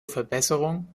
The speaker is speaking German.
verbesserung